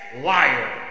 liar